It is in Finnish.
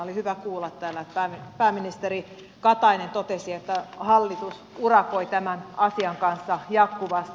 oli hyvä kuulla täällä että pääministeri katainen totesi että hallitus urakoi tämän asian kanssa jatkuvasti